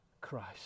Christ